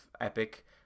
epic